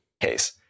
Case